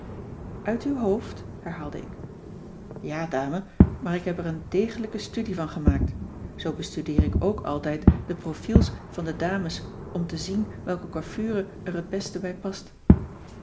uit uw hoofd herhaalde ik ja dame maar ik heb er een degelijke studie van gemaakt zoo bestudeer ik ook altijd de profiels van de dames om te zien welke coiffure er het best bij past